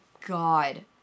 God